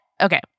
Okay